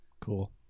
Cool